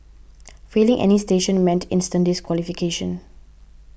failing any station meant instant disqualification